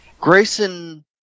Grayson